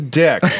dick